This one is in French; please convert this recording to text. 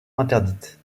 interdite